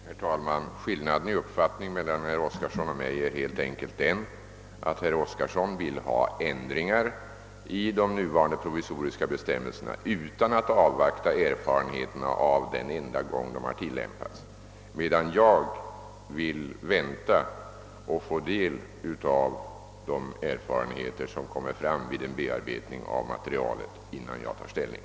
Herr talman! Skillnaden i uppfattning mellan herr Oskarson och mig består helt enkelt i att herr Oskarson vill ha ändringar i de nuvarande provisoriska bestämmelserna utan att avvakta erfarenheterna av den enda gång de har tillämpats, medan jag vill vänta tills jag får del av de erfarenheter som kommer fram vid en bearbetning av materialet, innan jag tar ställning.